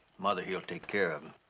mother here will take care of him.